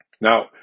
Now